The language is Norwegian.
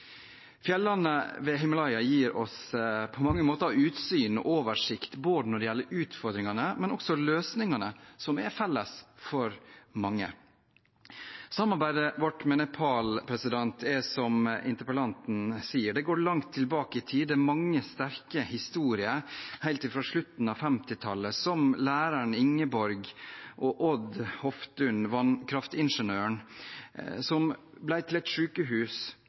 ved Himalaya gir oss på mange måter utsyn og oversikt når det gjelder både utfordringene og løsningene, som er felles for mange. Samarbeidet vårt med Nepal går, som interpellanten sier, langt tilbake i tid. Det er mange sterke historier helt fra slutten av 1950-tallet, som den om læreren Ingeborg og mannen hennes, Odd Hoftun, vannkraftingeniøren – om deres innsats som ble til et sykehus,